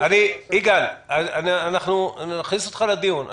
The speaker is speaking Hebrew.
יגאל סלוביק, אנחנו נכניס אותך לדיון.